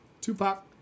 Tupac